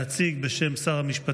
להציג את הצעת החוק בשם שר המשפטים,